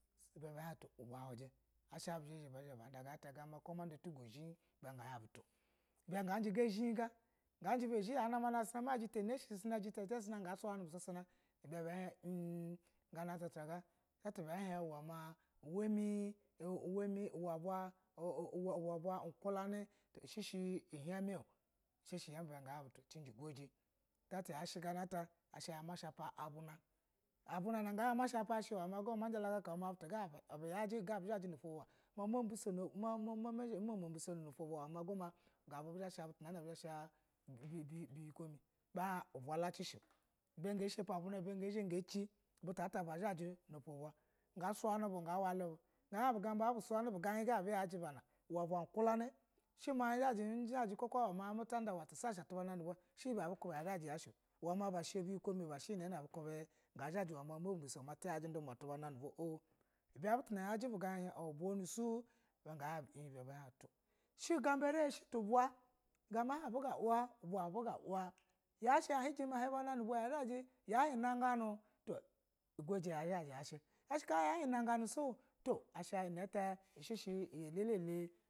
Ibe be hin to uba huji ama ka zha mada ga nata ka mada tugo she ibe ga hin buto ibe ga jin ga zhin ga ganji ba zhi yanami ma jeta ya nami ga jita nashe jeta te ga sayinu bu sasanu ibe be hin m ganu gatata ga gatu ba hi ma uwe hie o ulen ba ine o o o ulaba ukulani ushi she heme a o she him o ibe ga hin bu fu jin goja ta ti yashe ga na ata a sha ma sha pa abuna abu na na ama jala ma butusa uyaje nashapa she uwe butu ga na ubu yagaji momo bisono nofa uba gabu bi bizka basha butu na bizha bi be yukulo mi ba hin uba lati shi ibe ga sha pi abu na gaci buto u ata ba zhaji na ato ba gu suyini bu ga wallu bu ga ga han bu gamba ubu suyani buga yi ga na abu yaji ba na uwe ba kulani she uwe ma tan da kaka uwe ma ba sha biyi ko mi ibe she iye na ata ti zhaji ma ta bu biso ma bu biso ma fiyaji uduma nu atubad nu ba oh ibe butu na yaji bugai han a bonu su ibe ga hin ba en to she gombe re she tu bawa yashe a hin jimi no baw ya hin na ganu yashi ka yahia na ganu uguji yash ka yahin naganu su fo asha anita tshe se iye ilele.